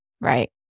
Right